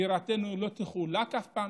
בירתנו לא תחולק אף פעם,